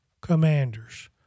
commanders